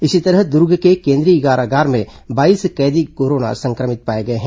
इसी तरह दुर्ग के केंद्रीय कारागार में बाईस कैदी कोरोना संक्रमित पाए गए हैं